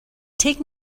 take